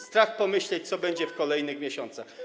Strach pomyśleć, co będzie w kolejnych miesiącach.